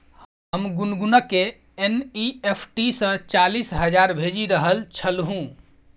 हम गुनगुनकेँ एन.ई.एफ.टी सँ चालीस हजार भेजि रहल छलहुँ